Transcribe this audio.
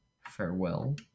farewell